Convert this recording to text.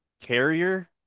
carrier